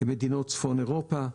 ומדינות צפון אירופה,